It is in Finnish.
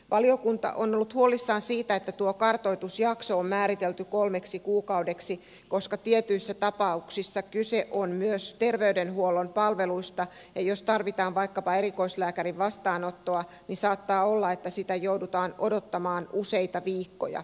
valiokunta on ollut huolissaan siitä että tuo kartoitusjakso on määritelty kolmeksi kuukaudeksi koska tietyissä tapauksissa kyse on myös terveydenhuollon palveluista ja jos tarvitaan vaikkapa erikoislääkärin vastaanottoa niin saattaa olla että sitä joudutaan odottamaan useita viikkoja